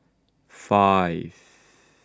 five